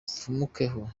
mfumukeko